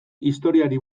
historiari